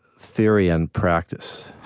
theory and practice.